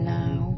now